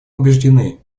убеждены